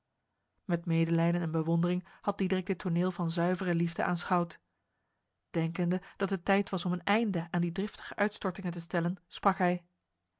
met medelijden en bewondering had diederik dit toneel van zuivere liefde aanschouwd denkende dat het tijd was om een einde aan die driftige uitstortingen te stellen sprak hij